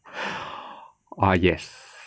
ah yes